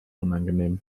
unangenehm